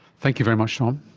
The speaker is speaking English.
thank you very much tom.